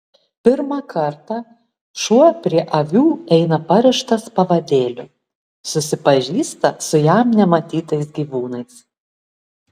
pirmą kartą šuo prie avių eina parištas pavadėliu susipažįsta su jam nematytais gyvūnais